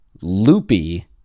Loopy